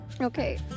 Okay